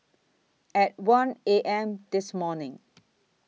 At one A M This morning